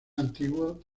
antiguos